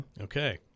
okay